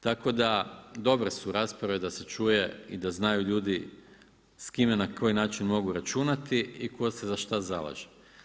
Tako da dobre su rasprave da se čuje i da znaju ljudi s kime, na koji načni mogu računati i tko se za šta zalaže.